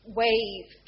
wave